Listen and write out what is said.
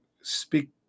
speak